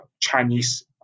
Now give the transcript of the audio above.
Chinese